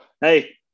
Hey